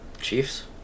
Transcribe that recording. Chiefs